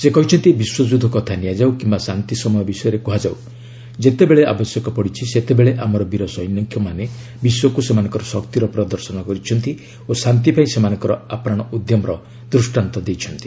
ସେ କହିଛନ୍ତି ବିଶ୍ୱଯ୍ଧ୍ଧ କଥା ନିଆଯାଉ କିମ୍ବା ଶାନ୍ତି ସମୟ ବିଷୟରେ କୃହାଯାଉ ଯେତେବେଳେ ଆବଶ୍ୟକ ପଡ଼ିଛି ସେତେବେଳେ ଆମର ବୀର ସୈନିକମାନେ ବିଶ୍ୱକ୍ ସେମାନଙ୍କର ଶକ୍ତିର ପ୍ରଦର୍ଶନ କରିଛନ୍ତି ଓ ଶାନ୍ତିପାଇଁ ସେମାନଙ୍କର ଆପ୍ରାଣ ଉଦ୍ୟମର ଦୃଷ୍ଟାନ୍ତ ଦେଇଛନ୍ତି